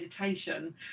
meditation